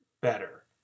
better